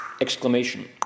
exclamation